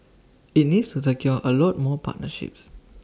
IT needs to secure A lot more partnerships